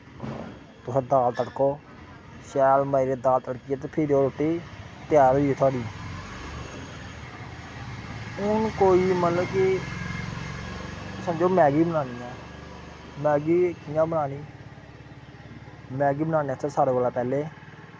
दाल तड़को ते दाल तड़कियै फिर त्यार होई साढ़ी कोई मतलब की समझो मैह्गी बनानी ऐ ते मैह्गी कि'यां बनानी मैह्गी बनाने आस्तै सारें कोला दा पैह्लैं